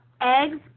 Eggs